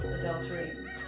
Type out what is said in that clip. adultery